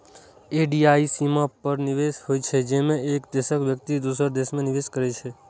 FDI सीमा पार निवेश होइ छै, जेमे एक देशक व्यक्ति दोसर देश मे निवेश करै छै